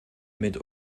mit